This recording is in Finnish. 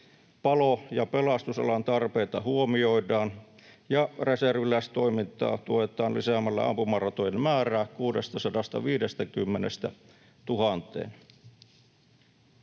palo- ja pelastusalan tarpeita huomioidaan ja reserviläistoimintaa tuetaan lisäämällä ampumaratojen määrää 650:stä